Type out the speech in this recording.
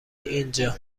اینجا